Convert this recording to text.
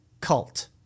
cult